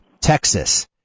Texas